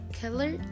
color